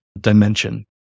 dimension